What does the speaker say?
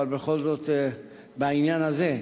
אבל בכל זאת בעניין הזה: